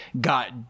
got